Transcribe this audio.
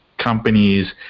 companies